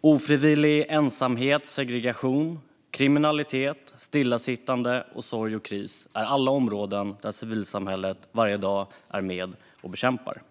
Ofrivillig ensamhet, segregation, kriminalitet, stillasittande och sorg och kris är alla områden som civilsamhället varje dag är med och bekämpar.